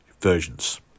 versions